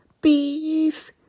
Beef